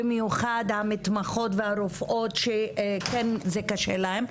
במיוחד המתמחות והרופאות שכן זה קשה להן,